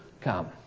come